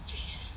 please